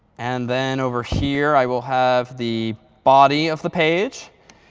and then over here i will have the body of the page.